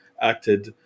acted